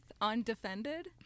undefended